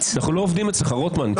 אנחנו לא עובדים אצלך, רוטמן.